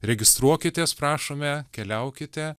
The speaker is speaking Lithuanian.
registruokitės prašome keliaukite